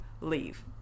leave